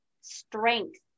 strength